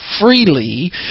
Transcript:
freely